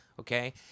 Okay